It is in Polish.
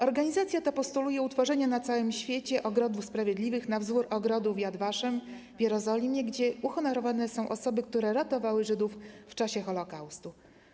Organizacja ta postuluje utworzenie na całym świecie Ogrodów Sprawiedliwych na wzór ogrodów w Yad Vashem w Jerozolimie, gdzie uhonorowane są osoby, które ratowały Żydów w czasie Holokaustu.